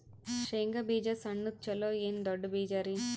ಶೇಂಗಾ ಬೀಜ ಸಣ್ಣದು ಚಲೋ ಏನ್ ದೊಡ್ಡ ಬೀಜರಿ?